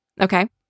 Okay